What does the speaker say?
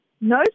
No